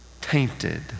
tainted